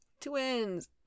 Twins